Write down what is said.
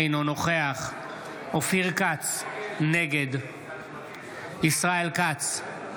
אינו נוכח אופיר כץ, נגד ישראל כץ,